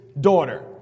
daughter